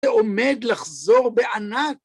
זה עומד לחזור בענק.